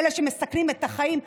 לאלה שמסכנים את החיים.